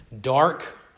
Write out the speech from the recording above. dark